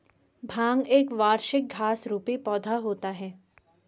भांग एक वार्षिक घास रुपी पौधा होता है